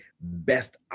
best